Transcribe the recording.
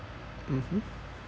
mmhmm